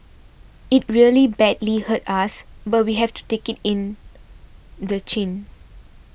it really badly hurts us but we have to take it in the chin